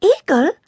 eagle